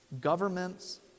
governments